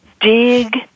dig